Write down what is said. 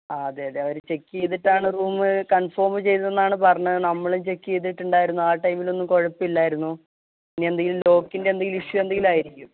ആ അതെ അതെ അവര് ചെക്കിയ്തിട്ടാണ് റൂം കണ്ഫേം ചെയതതെന്നാണു പറഞ്ഞത് നമ്മളും ചെക്കിയ്തിട്ടുണ്ടായിരുന്നു ആ ടൈമിലൊന്നും കുഴപ്പം ഇല്ലായിരുന്നു ഇനിയെന്തെങ്കിലും ലോക്കിന്റെ എന്തെങ്കിലും ഇഷ്യു എന്തെങ്കിലും ആയിരിക്കും